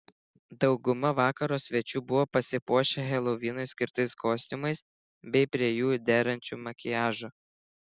dauguma vakaro svečių buvo pasipuošę helovinui skirtais kostiumais bei prie jų derančiu makiažu